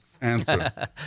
answer